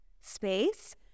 space